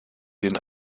den